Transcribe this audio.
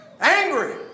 Angry